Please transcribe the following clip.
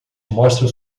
mostra